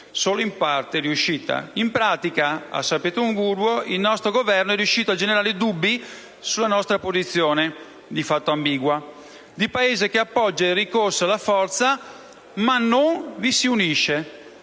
solo in parte riuscita. In pratica, a San Pietroburgo il nostro Governo è riuscito a generare dubbi sulla nostra posizione (di fatto ambigua) di Paese che appoggia il ricorso alla forza, ma non vi si unisce,